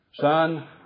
Son